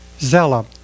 Zella